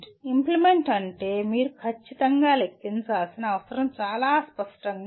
implement అంటే మీరు ఖచ్చితంగా లెక్కించాల్సిన అవసరం చాలా స్పష్టంగా ఉంది